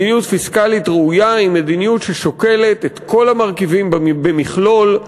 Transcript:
מדיניות פיסקלית ראויה היא מדיניות ששוקלת את כל המרכיבים במכלול,